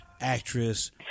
actress